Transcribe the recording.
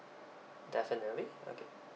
definitely okay